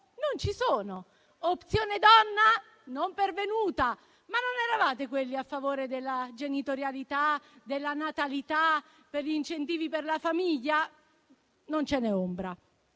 non ci sono. Opzione donna non pervenuta: ma non eravate quelli a favore della genitorialità, della natalità, degli incentivi alla famiglia? Non ce n'è ombra.